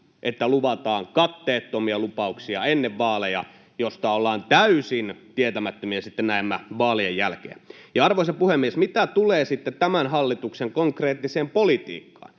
ennen vaaleja katteettomia lupauksia, joista näemmä ollaan täysin tietämättömiä sitten vaalien jälkeen. Arvoisa puhemies! Mitä tulee sitten tämän hallituksen konkreettiseen politiikkaan,